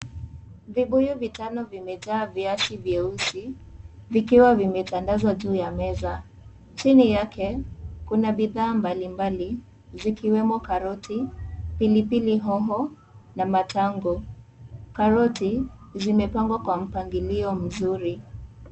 Vibuyu vitano vimejaa viazi vyeusi, vikiwa vimetandaza juu ya meza. Chini yake, kuna bidhaa mbalimbali, zikiwemo karoti, pilipili hoho, na matango. Karoti zimepangwa kwa mpangilio mzuri.